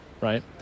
right